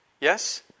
Yes